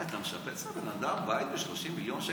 רבאק, אתה משפץ לבן אדם בית ב-30 מיליון?